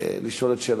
לשאול את שאלתו,